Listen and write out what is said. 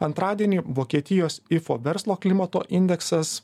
antradienį vokietijos ifo verslo klimato indeksas